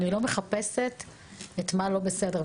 אני לא מחפשת מה לא בסדר.